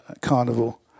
Carnival